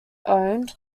owned